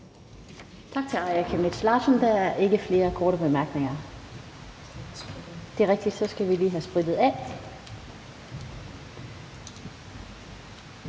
Tak til fru Aaja Chemnitz Larsen. Der er ikke flere korte bemærkninger. Så skal vi lige have sprittet af.